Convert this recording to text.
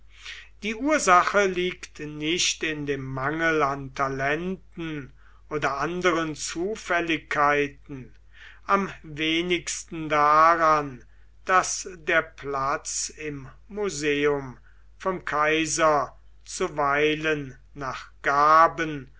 die ursache liegt nicht in dem mangel an talenten oder anderen zufälligkeiten am wenigsten daran daß der platz im museum vom kaiser zuweilen nach gaben